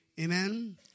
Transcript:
Amen